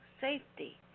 safety